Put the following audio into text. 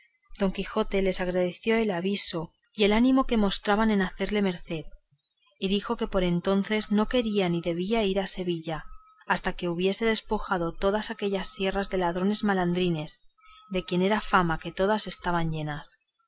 don quijote les agradeció el aviso y el ánimo que mostraban de hacerle merced y dijo que por entonces no quería ni debía ir a sevilla hasta que hubiese despojado todas aquellas sierras de ladrones malandrines de quien era fama que todas estaban llenas